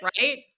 right